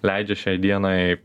leidžia šiai dienai